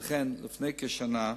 ולכן לפני כשנה,